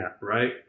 Right